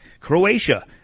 Croatia